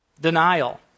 Denial